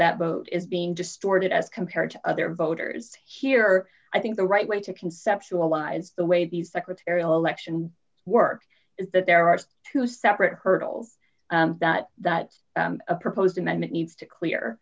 that vote is being distorted as compared to other voters here i think the right way to conceptualize the way these secretarial election work is that there are two separate hurdles that that a proposed amendment needs to clear